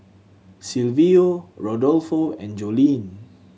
Silvio Rodolfo and Joline